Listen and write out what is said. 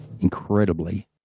incredibly